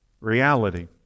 reality